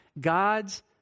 God's